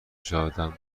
نژادم